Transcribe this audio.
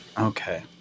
okay